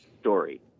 story